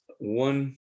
one